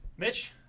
Mitch